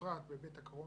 שבפרט בזמן הקורונה,